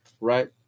right